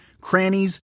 crannies